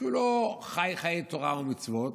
שלא חי חיי תורה ומצוות,